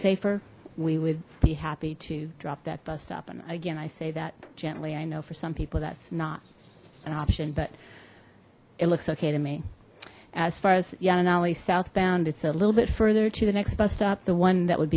safer we would be happy to drop that bus stop and again i say that gently i know for some people that's not an option but it looks okay to me as far as jana nollie southbound it's a little bit further to the next bus stop the one that would